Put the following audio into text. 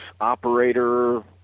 operator